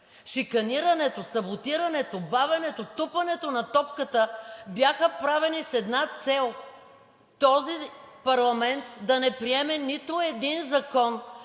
шиканирането, саботирането, бавенето, тупането на топката бяха правени с една цел – този парламент да не приеме нито един закон,